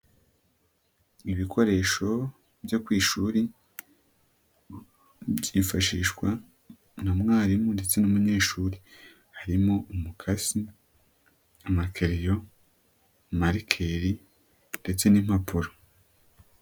Ibikoresho byo ku ishuri, byifashishwa na mwarimu ndetse n'umunyeshuri. Harimo umukasi, amakereyo, marikeri, ndetse n'impapuro.